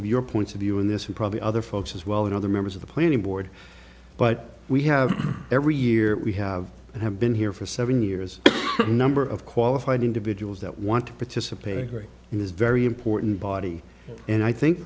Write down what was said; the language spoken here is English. of your points of view in this and probably other folks as well and other members of the planning board but we have every year we have and have been here for seven years number of qualified individuals that want to participate agree it is very important body and i think